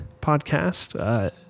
podcast